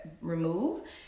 remove